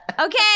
Okay